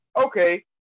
Okay